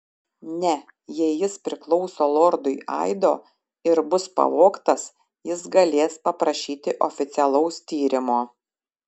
ne jei jis priklauso lordui aido ir bus pavogtas jis galės paprašyti oficialaus tyrimo